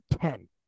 ten